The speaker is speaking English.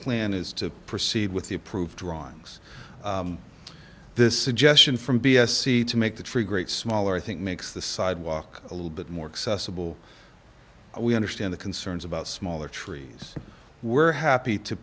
plan is to proceed with the approved drawings this suggestion from b s e to make the tree great smaller i think makes the sidewalk a little bit more accessible we understand the concerns about smaller trees were happy to